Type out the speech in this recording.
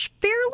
fairly